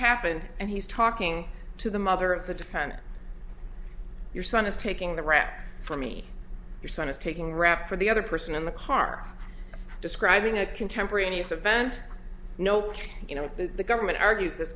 happened and he's talking to the mother of the defendant your son is taking the rap for me your son is taking rap for the other person in the car describing a contemporaneous event nope you know the government argues this